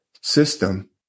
system